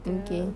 okay